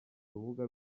urubuga